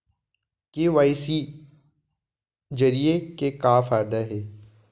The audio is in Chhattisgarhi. के.वाई.सी जरिए के का फायदा हे?